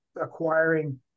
acquiring